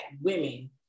women